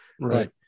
Right